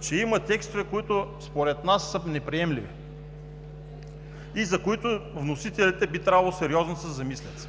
че има текстове, които според нас са неприемливи и за които вносителите би трябвало сериозно да се замислят.